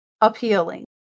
appealing